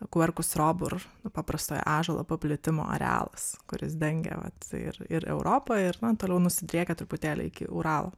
quercus robur paprastojo ąžuolo paplitimo arealas kuris dengia vat ir ir europą ir na toliau nusidriekia truputėlį iki uralo